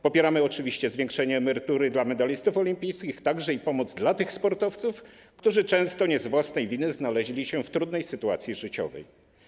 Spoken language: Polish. Popieramy oczywiście zwiększenie emerytury dla medalistów olimpijskich, także pomoc dla tych sportowców, którzy często nie z własnej winy znaleźli się w trudnej sytuacji życiowej.